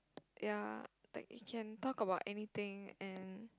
ya like you can talk about anything and